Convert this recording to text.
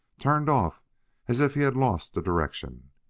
turned off as if he had lost the direction.